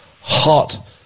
hot